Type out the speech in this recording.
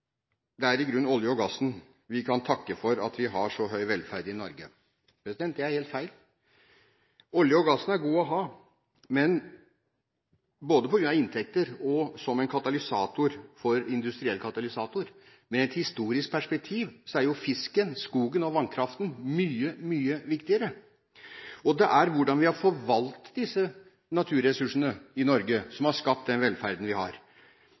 i grunnen er oljen og gassen vi kan takke for at vi har så høy velferd i Norge. Det er helt feil. Oljen og gassen er god å ha både på grunn av inntekter og som en industriell katalysator, men i et historisk perspektiv er fisken, skogen og vannkraften mye, mye viktigere. Det er gjennom måten vi har forvaltet disse naturressursene på i Norge, at vi har skapt den velferden vi har,